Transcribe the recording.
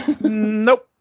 Nope